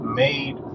made